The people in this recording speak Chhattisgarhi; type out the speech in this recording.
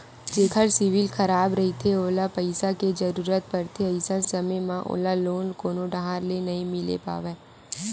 जेखर सिविल खराब रहिथे ओला पइसा के जरूरत परथे, अइसन समे म ओला लोन कोनो डाहर ले नइ मिले पावय